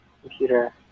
computer